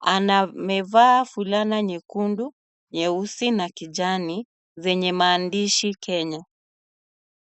Amevaa fulana nyekundu, nyeusi na kijani zenye maandishi Kenya.